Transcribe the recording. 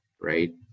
right